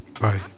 Bye